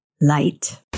light